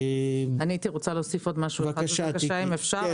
הייתי רוצה להוסיף עוד משהו אחד, אם אפשר.